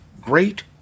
great